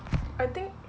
I think